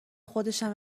خودشم